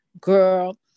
girl